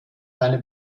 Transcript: eine